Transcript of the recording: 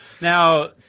Now